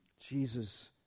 Jesus